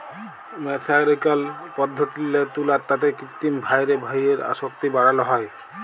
মের্সারিকরল পদ্ধতিল্লে তুলার তাঁতে কিত্তিম ভাঁয়রে ডাইয়ের আসক্তি বাড়ালো হ্যয়